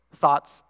thoughts